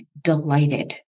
delighted